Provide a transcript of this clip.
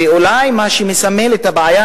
ואולי מה שמסמל את הבעיה,